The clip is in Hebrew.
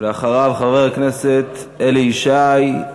אחריו, חבר הכנסת אלי ישי,